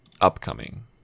upcoming